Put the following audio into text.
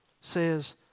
says